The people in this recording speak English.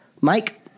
mike